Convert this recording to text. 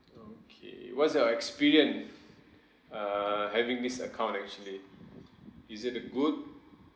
okay what's your experience err having this account actually is it a good